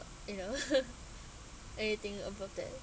you know anything above that